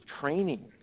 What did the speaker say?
training